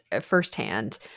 firsthand